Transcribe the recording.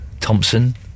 Thompson